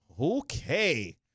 Okay